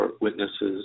witnesses